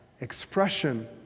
expression